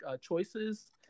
choices